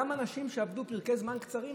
למה אנשים שעבדו פרקי זמן קצרים,